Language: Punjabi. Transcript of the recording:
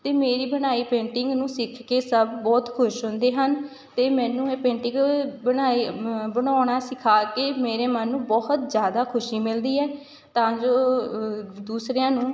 ਅਤੇ ਮੇਰੀ ਬਣਾਈ ਪੇਂਟਿੰਗ ਨੂੰ ਸਿੱਖ ਕੇ ਸਭ ਬਹੁਤ ਖੁਸ਼ ਹੁੰਦੇ ਹਨ ਅਤੇ ਮੈਨੂੰ ਇਹ ਪੇਂਟਿੰਗ ਬਣਾਈ ਮ ਬਣਾਉਣਾ ਸਿਖਾ ਕੇ ਮੇਰੇ ਮਨ ਨੂੰ ਬਹੁਤ ਜ਼ਿਆਦਾ ਖੁਸ਼ੀ ਮਿਲਦੀ ਹੈ ਤਾਂ ਜੋ ਦੂਸਰਿਆਂ ਨੂੰ